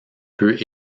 peut